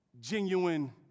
genuine